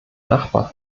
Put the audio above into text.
nachbar